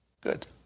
Good